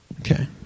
Okay